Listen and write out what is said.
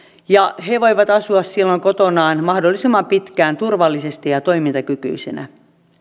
he voivat asua silloin kotonaan mahdollisimman pitkään turvallisesti ja ja toimintakykyisenä